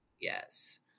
Yes